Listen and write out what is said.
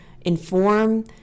inform